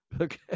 Okay